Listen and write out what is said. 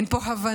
אין פה הבנה,